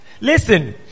listen